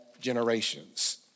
generations